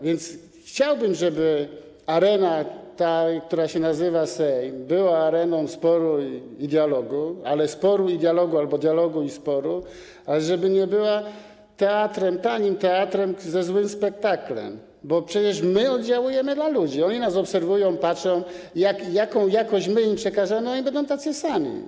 Więc chciałbym, żeby ta arena, która się nazywa Sejm, była areną sporu i dialogu, ale sporu i dialogu albo dialogu i sporu, żeby nie była teatrem, tanim teatrem ze złym spektaklem, bo przecież my oddziałujemy na ludzi, oni nas obserwują, patrzą, jaką jakość my im przekażemy, oni będą tacy sami.